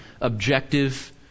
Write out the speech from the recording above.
objective